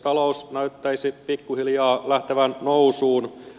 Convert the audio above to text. talous näyttäisi pikkuhiljaa lähtevän nousuun